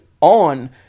on